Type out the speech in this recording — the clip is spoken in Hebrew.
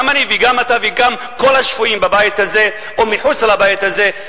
גם אני וגם אתה וגם כל השפויים בבית הזה ומחוץ לבית הזה,